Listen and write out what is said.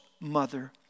mother